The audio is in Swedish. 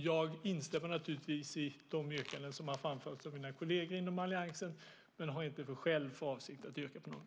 Jag instämmer naturligtvis i de yrkanden som har framförts av mina kolleger inom alliansen men har inte själv för avsikt att yrka på något.